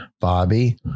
Bobby